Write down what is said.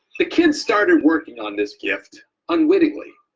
the kids started working on this gift unwittingly.